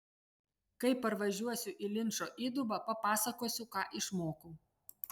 kai parvažiuosiu į linčo įdubą papasakosiu ką išmokau